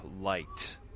Light